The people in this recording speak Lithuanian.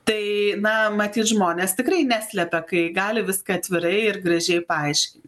tai na matyt žmonės tikrai neslepia kai gali viską atvirai ir gražiai paaiškinti